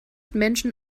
menschen